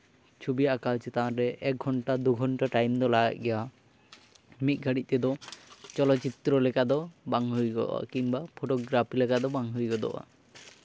ᱪᱷᱚᱵᱤ ᱟᱸᱠᱟᱣ ᱪᱮᱛᱟᱱ ᱨᱮ ᱮᱠ ᱜᱷᱚᱱᱴᱟ ᱫᱩ ᱜᱷᱚᱱᱴᱟ ᱴᱟᱭᱤᱢ ᱫᱚ ᱞᱟᱜᱟᱜ ᱜᱮᱭᱟ ᱢᱤᱫ ᱜᱷᱟᱹᱲᱤ ᱛᱮᱫᱚ ᱪᱚᱞᱚᱪᱤᱛᱨᱚ ᱞᱮᱠᱟ ᱫᱚ ᱵᱟᱝ ᱦᱩᱭᱩᱜᱼᱟ ᱠᱤᱢᱵᱟ ᱯᱷᱳᱴᱳᱜᱨᱟᱯᱷ ᱞᱮᱠᱟ ᱫᱚ ᱵᱟᱝ ᱦᱩᱭ ᱜᱚᱫᱚᱜᱼᱟ